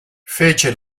fece